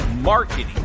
marketing